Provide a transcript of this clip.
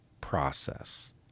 process